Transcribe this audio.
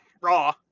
Raw